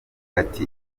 ati